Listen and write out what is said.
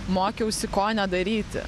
mokiausi ko nedaryti